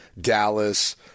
Dallas